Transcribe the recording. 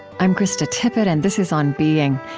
i'm krista tippett, and this is on being.